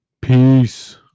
Peace